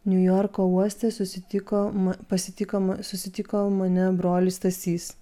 niujorko uoste susitiko pasitikom susitiko mane brolis stasys